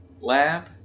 lab